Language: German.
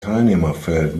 teilnehmerfeld